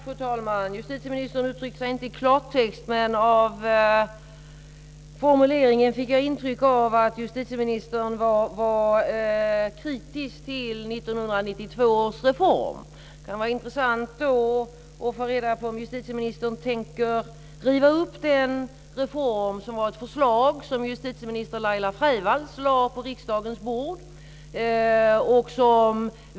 Fru talman! Justitieministern uttrycker sig inte i klartext. Av formuleringen fick jag intrycket att justitieministern är kritisk till 1992 års reform. Det kan vara intressant att få reda på om justitieministern tänker riva upp den reform som var ett förslag som justitieminister Laila Freivalds lade på riksdagens bord.